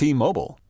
T-Mobile